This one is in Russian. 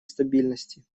стабильности